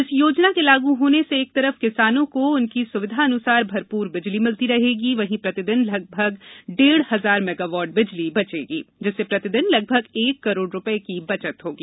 इस योजना के लागू होने से एक तरफ किसानों को उनकी सुविधा अनुसार भरपूर बिजली मिलती रहेगी वहीं प्रतिदिन लगभग डेड़ हजार मेगावाट बिजली बचेगी जिससे प्रतिदिन लगभग एक करोड़ रूपए की बचत होगी